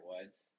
Woods